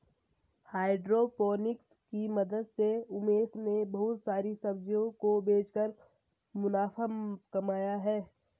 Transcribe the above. hydroponics की मदद से उमेश ने बहुत सारी सब्जियों को बेचकर मुनाफा कमाया है